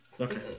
Okay